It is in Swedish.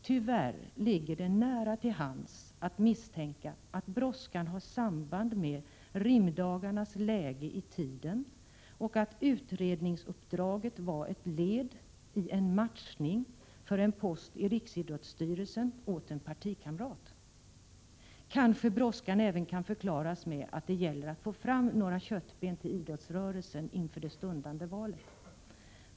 Tyvärr ligger det nära till hands att misstänka att brådskan har samband med RIM Prot. 1987/88:119 dagarnas läge i tiden och att utredningsuppdraget var ett led i en matchning för en post i riksidrottsstyrelsen åt en partikamrat. Kanske brådskan även kan förklaras med att det gäller att få fram några köttben till idrottsrörelsen inför det stundande valet.